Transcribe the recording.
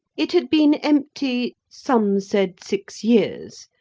it had been empty, some said six years,